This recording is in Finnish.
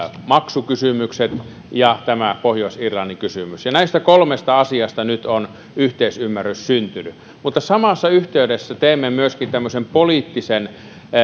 maksukysymykset ja pohjois irlannin kysymys näistä kolmesta asiasta nyt on yhteisymmärrys syntynyt mutta samassa yhteydessä teemme myöskin poliittisen